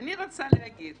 אני רוצה להגיד